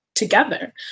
together